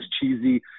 cheesy